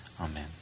Amen